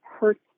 hurts